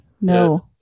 No